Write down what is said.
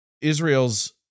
Israel's